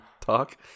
talk